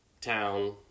town